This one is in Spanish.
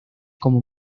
como